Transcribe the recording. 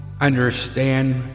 understand